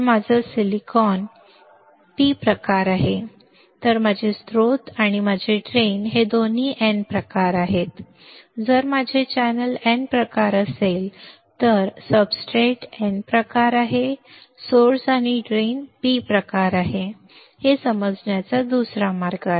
जर माझे silicon P प्रकार आहे तर माझे स्त्रोत आणि माझे ड्रेन हे दोन्ही N प्रकार आहेत जर माझे चॅनेल N प्रकार असेल तर आपण म्हणू की माझा सब्सट्रेट N प्रकार आहे माझा स्त्रोत आणि ड्रेन P प्रकार आहे हे समजण्याचा दुसरा मार्ग आहे